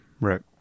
Right